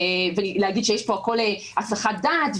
להגיד שהכול פה הסחת דעת,